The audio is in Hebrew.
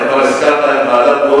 אתה כבר הזכרת את ועדת-גולדברג,